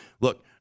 look